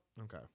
Okay